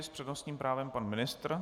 S přednostním právem pan ministr.